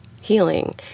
healing